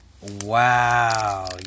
Wow